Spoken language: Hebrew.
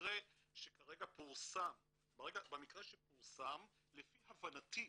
במקרה שכרגע פורסם, לפי הבנתי,